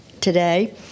today